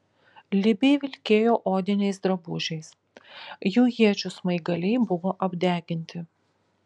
libiai vilkėjo odiniais drabužiais jų iečių smaigaliai buvo apdeginti